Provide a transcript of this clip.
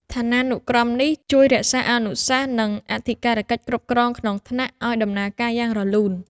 ឋានានុក្រមនេះជួយរក្សាអនុសាសន៍ និងអធិការកិច្ចគ្រប់គ្រងក្នុងថ្នាក់ឱ្យដំណើរការយ៉ាងរលូន។